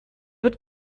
wird